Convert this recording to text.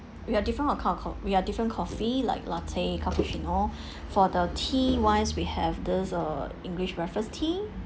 we have different account called we have different coffee like latte cappuccino for the tea wise we have those uh english breakfast tea